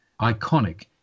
iconic